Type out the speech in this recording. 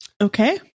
Okay